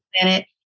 planet